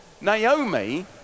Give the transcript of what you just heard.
Naomi